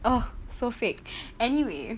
oh so fake